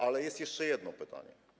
Ale jest jeszcze jedno pytanie.